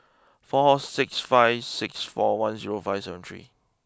four six five six four one zero five seven three